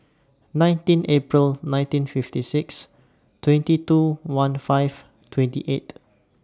nineteen April nineteen fifty six twenty two one five twenty eight